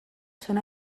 són